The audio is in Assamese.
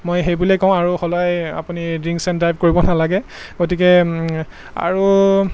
মই সেই বুলিয়েই কওঁ আৰু সদায় আপুনি ড্ৰিংকছ এণ্ড ড্ৰাইভ কৰিব নালাগে গতিকে আৰু